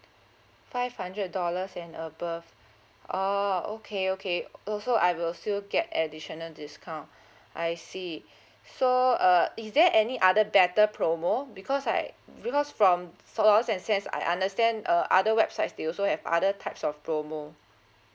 five hundred dollars and above oh okay okay uh so I will still get additional discount I see so uh is there any other better promo because like because from and cents I understand uh other websites they also have other types of promo